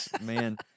Man